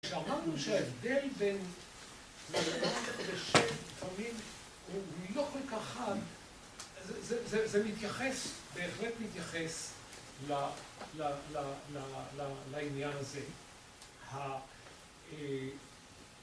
כשאמרנו שההבדל בין (???) הוא לא כל כך חד, זה מתייחס, בהחלט מתייחס, ל, ל, ל, לעניין הזה.